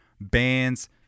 bands